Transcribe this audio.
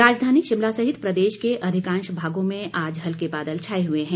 मौसम राजधानी शिमला सहित प्रदेश के अधिकांश भागों में आज हल्के बादल छाए हुए हैं